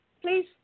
Please